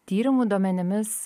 tyrimų duomenimis